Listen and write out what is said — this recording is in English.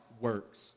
works